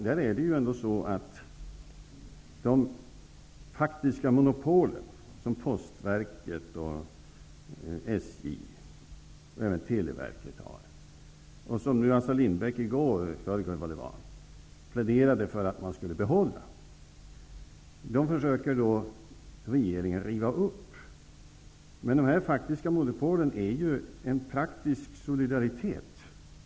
De faktiska monopolen, t.ex. Postverket, SJ och även Televerket, försöker regeringen riva upp. Assar Lindbeck pläderade i förrgår för att man skall behålla dem. Dessa faktiska monopol utgör ju en praktisk solidariet.